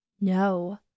No